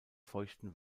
feuchten